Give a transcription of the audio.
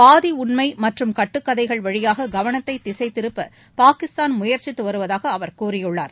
பாதி உண்மை மற்றும் கட்டுகதைகள் வழியாக கவனத்தை திசை திருப்ப பாகிஸ்தான் முயற்சித்து வருவதாக அவர் கூறியுள்ளார்